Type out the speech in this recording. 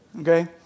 Okay